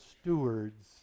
stewards